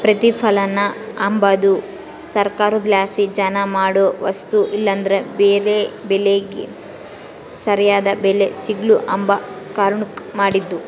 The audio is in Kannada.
ಪ್ರತಿಪಲನ ಅಂಬದು ಸರ್ಕಾರುದ್ಲಾಸಿ ಜನ ಮಾಡೋ ವಸ್ತು ಇಲ್ಲಂದ್ರ ಬೆಳೇ ಬೆಳಿಗೆ ಸರ್ಯಾದ್ ಬೆಲೆ ಸಿಗ್ಲು ಅಂಬ ಕಾರಣುಕ್ ಮಾಡಿದ್ದು